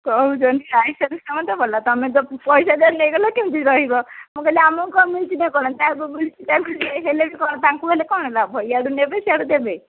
କହୁଛନ୍ତି ସେ ନାଇଁ ତମର ତ ଭଲ ତମେ ତ ପଇସା ଯାକ ନେଇଗଲ କେମିତି ରହିବ ମୁଁ କହିଲି ଆମକୁ କ'ଣ ମିଳିଛି ନା କ'ଣ ଯାହାକୁ ମିଳିଛି ହେଲେ ବି କ'ଣ ତାଙ୍କୁ ହେଲେ କ'ଣ ଲାଭ ଇଆଡ଼ୁ ନେବେ ସିଆଡ଼ୁ ଦେବେ